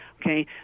Okay